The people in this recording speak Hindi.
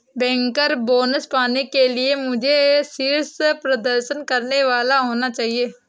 बैंकर बोनस पाने के लिए मुझे शीर्ष प्रदर्शन करने वाला होना चाहिए